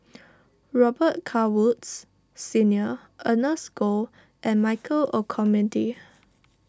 Robet Carr Woods Senior Ernest Goh and Michael Olcomendy